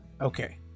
Okay